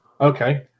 okay